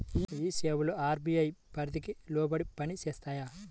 ఈ సేవలు అర్.బీ.ఐ పరిధికి లోబడి పని చేస్తాయా?